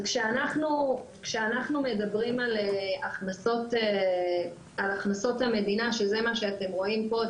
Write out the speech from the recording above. כשאנחנו מדברים על הכנסות המדינה שזה מה שאתם רואים פה,